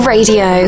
Radio